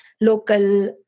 local